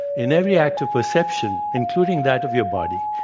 in every act of perception including that of your body,